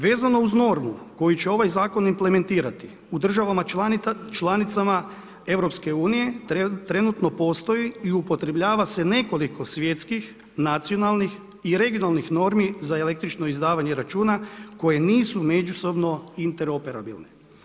Vezano uz normu koju će ovaj zakon implementirati u državama članicama EU-a trenutno postoji i upotrebljava se nekoliko svjetskih, nacionalnih i regionalnih normi za električno izdavanje računa koje nisu međusobno interoperabilne.